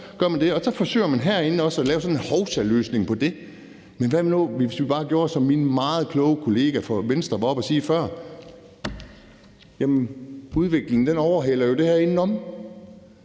forsøger at lave sådan en hovsaløsning på det. Men hvad nu, hvis vi bare gjorde det, som mine meget kloge kollega fra Venstre var oppe at sige før? Jamen udviklingen overhaler jo det her indenom.